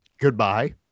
goodbye